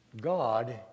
God